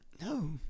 No